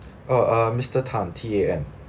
oh uh mister tan T A N